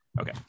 Okay